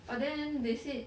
but then they said